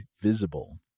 Visible